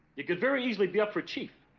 you could very easily be up for chief